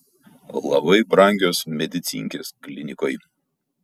labai brangios medicinkės klinikoj